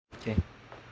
okay